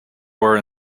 were